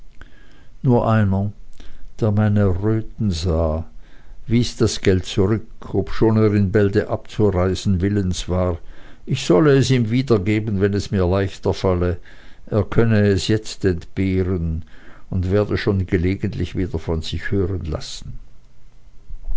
nur einer der mein erröten sah wies das geld zurück obschon er in bälde abzureisen willens war ich solle es ihm wiedergeben wenn es mir leichter falle er könne es jetzt entbehren und werde schon gelegentlich von sich hören lassen